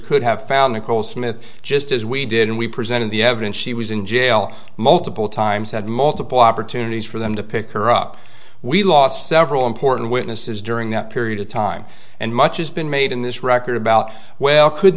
could have found nicole smith just as we did and we presented the evidence she was in jail multiple times had multiple opportunities for them to pick her up we lost several important witnesses during that period of time and much has been made in this record about well could